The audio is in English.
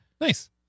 nice